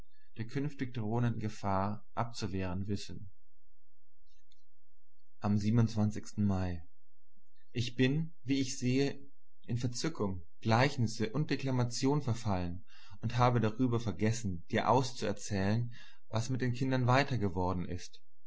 der künftig drohenden gefahr abzuwehren wissen am mai ich bin wie ich sehe in verzückung gleichnisse und deklamation verfallen und habe darüber vergessen dir auszuerzählen was mit den kindern weiter geworden ist